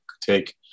take